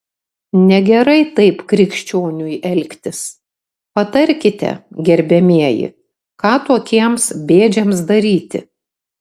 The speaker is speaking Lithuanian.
negerai taip krikščioniui elgtis patarkite gerbiamieji ką tokiems bėdžiams daryti